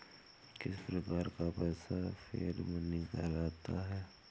किस प्रकार का पैसा फिएट मनी कहलाता है?